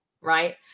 right